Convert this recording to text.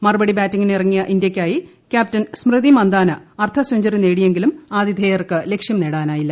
മറുപടി ബാറ്റിംഗിന് ഇറങ്ങിയ ഇന്ത്യയ്ക്കായി ക്യാപ്റ്റൻ സ്മൃതി മന്ദാന ് അർദ്ധസെഞ്ചറി നേടിയെങ്കിലും ആതിഥേയർക്ക് ലക്ഷ്യം നേടാനായില്ല